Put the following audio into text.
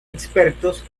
expertos